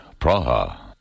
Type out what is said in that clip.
Praha